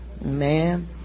Amen